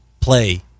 play